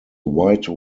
white